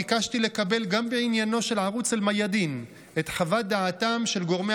ביקשתי לקבל את חוות דעתם של גורמי